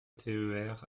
ter